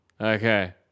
Okay